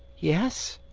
yes.